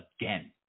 again